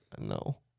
No